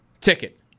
ticket